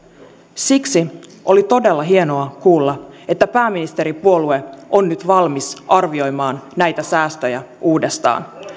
siksi oli todella hienoa kuulla että pääministeripuolue on nyt valmis arvioimaan näitä säästöjä uudestaan